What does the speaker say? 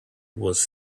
was